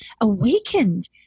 awakened